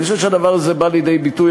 אני חושב שהדבר הזה בא לידי ביטוי,